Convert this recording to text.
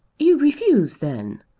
you refuse then?